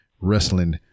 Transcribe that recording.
wrestling